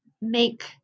make